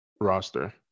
roster